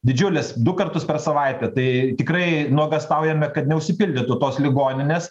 didžiulis du kartus per savaitę tai tikrai nuogąstaujame kad neužsipildytų tos ligoninės